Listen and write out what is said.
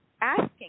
asking